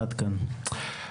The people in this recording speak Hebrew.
עד כאן.